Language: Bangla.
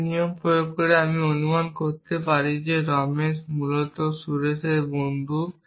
এই নিয়ম প্রয়োগ করে আমি অনুমান করতে পারি যে রমেশ মূলত সুরেশের বন্ধু